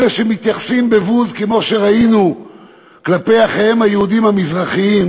אלה שמתייחסים בבוז כמו שראינו כלפי אחיהם היהודים המזרחים,